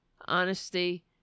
Honesty